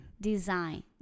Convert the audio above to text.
Design